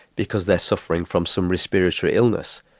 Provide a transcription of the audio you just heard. because they're suffering from some respiratory illness.